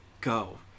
go